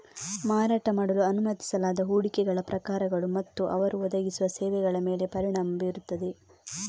ಮಾರಾಟ ಮಾಡಲು ಅನುಮತಿಸಲಾದ ಹೂಡಿಕೆಗಳ ಪ್ರಕಾರಗಳು ಮತ್ತು ಅವರು ಒದಗಿಸುವ ಸೇವೆಗಳ ಮೇಲೆ ಪರಿಣಾಮ ಬೀರುತ್ತದೆ